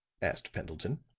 asked pendleton.